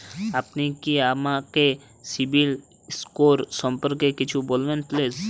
আপনি কি আমাকে সিবিল স্কোর সম্পর্কে কিছু বলবেন প্লিজ?